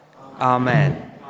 Amen